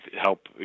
help